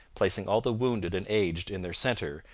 placing all the wounded and aged in their centre,